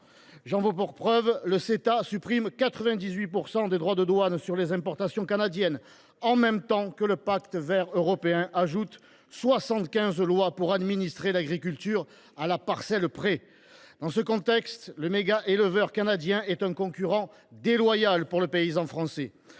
J’en veux pour preuve que le Ceta supprime 98 % des droits de douane sur les importations canadiennes, quand, dans le même temps, le Pacte vert européen ajoute soixante quinze lois pour administrer l’agriculture à la parcelle près. Dans ce contexte, le méga éleveur canadien est un concurrent déloyal pour le paysan français.